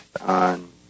on